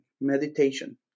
meditation